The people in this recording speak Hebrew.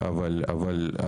אולי יאשרו.